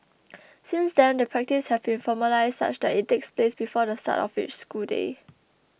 since then the practice has been formalised such that it takes place before the start of each school day